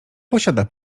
posiada